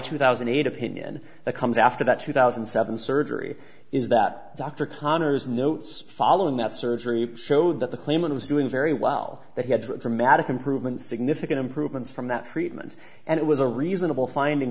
two thousand and eight opinion that comes after the two thousand and seven surgery is that dr connors notes following that surgery showed that the claimant was doing very well that he had a dramatic improvement significant improvements from that treatment and it was a reasonable finding